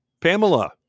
Pamela